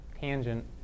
tangent